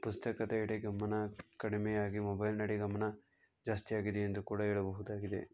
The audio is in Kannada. ಪುಸ್ತಕದೆಡೆ ಗಮನ ಕಡಿಮೆ ಆಗಿ ಮೊಬೈಲ್ನೆಡೆ ಗಮನ ಜಾಸ್ತಿ ಆಗಿದೆ ಎಂದು ಕೂಡ ಹೇಳಬಹುದಾಗಿದೆ